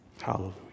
Hallelujah